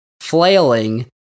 flailing